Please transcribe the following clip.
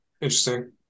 Interesting